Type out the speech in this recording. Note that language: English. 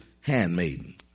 handmaiden